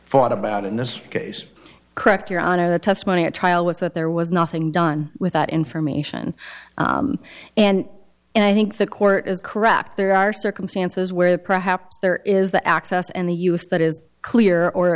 fought about in this case correct your honor the testimony at trial was that there was nothing done with that information and i think the court is correct there are circumstances where perhaps there is the access and the use that is clear or